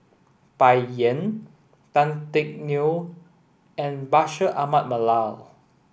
Bai Yan Tan Teck Neo and Bashir Ahmad Mallal